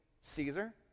Caesar